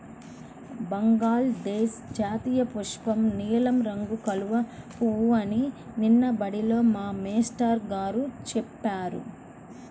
బంగ్లాదేశ్ జాతీయపుష్పం నీలం రంగు కలువ పువ్వు అని నిన్న బడిలో మా మేష్టారు గారు చెప్పారు